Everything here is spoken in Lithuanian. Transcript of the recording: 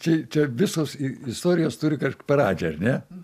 čia čia visos i istorijos turi kažk pradžią ar ne